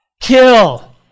kill